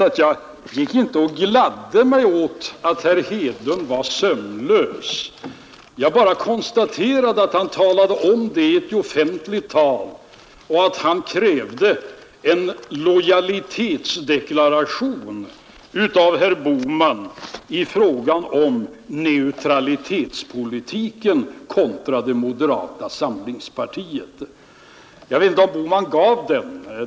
Jag gick inte och gladde mig åt att herr Hedlund var sömnlös; jag bara konstaterade att han talade om det i ett offentligt tal om att han krävde en lojalitetsdeklaration av herr Bohman i fråga om neutralitetspolitiken kontra det moderata samlingspartiet.